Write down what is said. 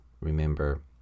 remember